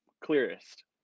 clearest